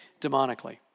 demonically